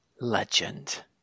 Legend